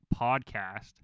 podcast